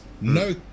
no